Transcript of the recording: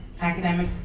academic